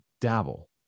dabble